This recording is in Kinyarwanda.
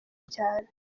cyane